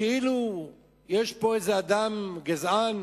כאילו יש פה איזה אדם גזען